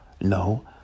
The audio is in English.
No